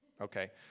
Okay